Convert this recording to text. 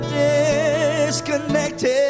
disconnected